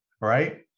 right